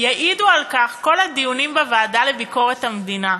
יעידו על כך כל הדיונים שאני מקיימת בוועדה לביקורת המדינה,